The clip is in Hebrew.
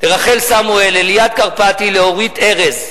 לרחל סמואל, לליאת קרפטי, לאורית ארז.